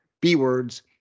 B-words